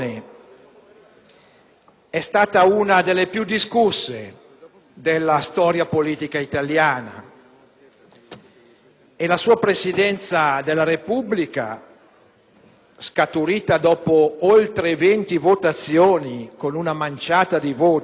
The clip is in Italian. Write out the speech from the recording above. è stata una delle più discusse della storia politica italiana. La sua Presidenza della Repubblica, scaturita dopo oltre 20 votazioni con una manciata di voti,